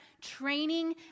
training